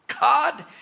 God